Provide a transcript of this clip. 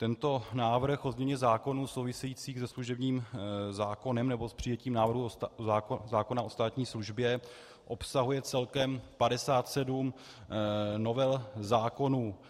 Tento návrh o změně zákonů souvisejících se služebním zákonem, nebo s přijetím návrhu zákona o státní službě, obsahuje celkem 57 novel zákonů.